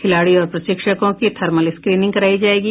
खिलाड़ी और प्रशिक्षकों की थर्मल स्क्रीनिंग कराई जायेगी